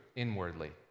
Inwardly